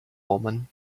woman